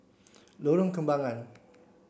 Lorong Kembagan